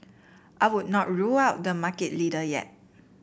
I would not rule out the market leader yet